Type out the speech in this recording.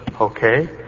Okay